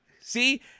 See